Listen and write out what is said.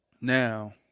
Now